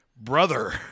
Brother